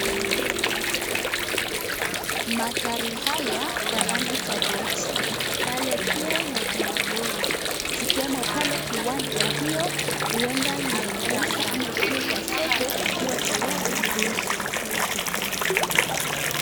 Magari haya kwa rangi tofauti. Pale pia na kuna lori zikiwemo pale, kiwanja hio huenda ni ya kuuza ama ikiwa kwa soko ikiwa tarayi kuuzwa pale sokoni.